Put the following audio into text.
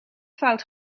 fout